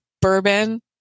bourbon